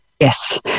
Yes